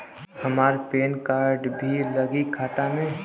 हमार PAN card भी लगी खाता में?